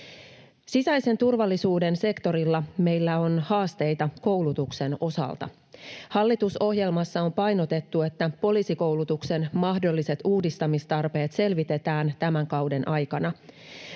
Sisäisen turvallisuuden sektorilla meillä on haasteita koulutuksen osalta. Hallitusohjelmassa on painotettu, että poliisikoulutuksen mahdolliset uudistamistarpeet selvitetään tämän kauden aikana.